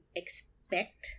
expect